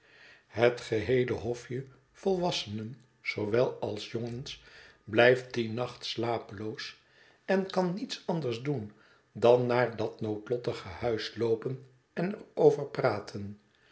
het geheele hofje volwassenen oowel als jongens blijft dien nacht slapeloos en kan niets anders doen dan naar dat noodlottige huis loopen en er over praten